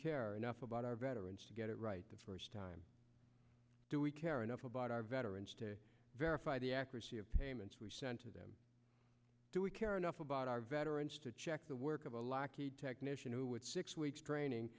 care enough about our veterans to get it right the first time do we care enough about our veterans to verify the accuracy of payments we send to them do we care enough about our veterans to check the work of a lackey technician who with six weeks training